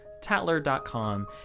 Tatler.com